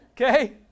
Okay